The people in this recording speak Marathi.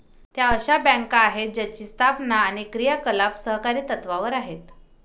त्या अशा बँका आहेत ज्यांची स्थापना आणि क्रियाकलाप सहकारी तत्त्वावर आहेत